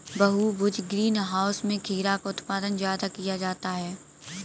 बहुभुज greenhouse में खीरा का उत्पादन ज्यादा किया जाता है